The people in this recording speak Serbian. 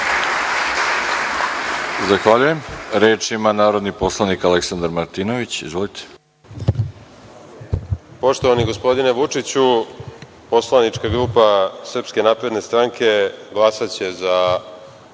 Zahvaljujem. Reč ima narodni poslanik Aleksandar Martinović. Izvolite.